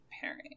pairing